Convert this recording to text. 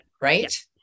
right